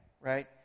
right